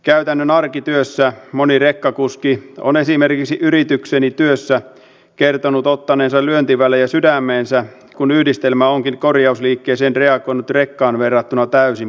käytännön arkityössä moni rekkakuski on esimerkiksi yritykseni työssä kertonut ottaneensa lyöntivälejä sydämeensä kun yhdistelmä onkin korjausliikkeeseen reagoinut rekkaan verrattuna täysin poikkeavalla tavalla